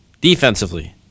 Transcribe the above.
defensively